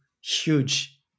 huge